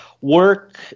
work